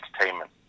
entertainment